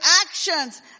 actions